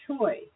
choice